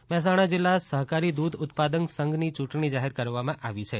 Dudhsagar dairy Mehsana જિલ્લા સહકારી દૂધ ઉત્પાદક સંધની ચૂંટણી જાહેર કરવામાં આવી છે